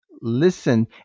listen